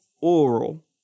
Oral